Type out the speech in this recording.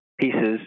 pieces